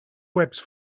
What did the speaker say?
webs